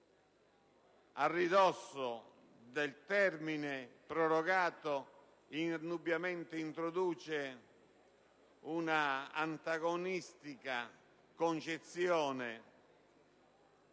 a ridosso del termine prorogato indubbiamente introduce una antagonistica concezione